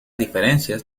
diferencias